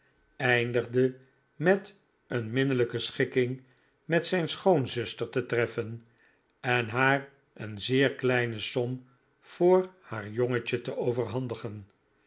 eindigde met een minnelijke schikking met zijn schoonzuster te treffen en haar een zeer kleine som voor haar jongetje te overhandigen